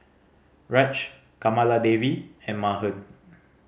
Raj Kamaladevi and Mahan